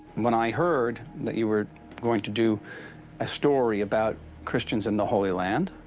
when i heard that you were going to do a story about christians in the holy land,